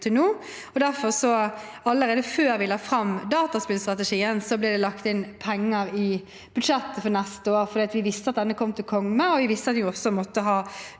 allerede før vi la fram dataspillstrategien, lagt inn penger i budsjettet for neste år, for vi visste at dette ville komme, og vi visste at vi også måtte ha